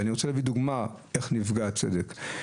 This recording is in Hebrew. אני רוצה לתת דוגמה איך נפגע הצדק.